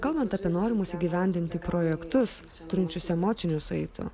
kalbant apie norimus įgyvendinti projektus turinčius emocinių saitų